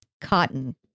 cotton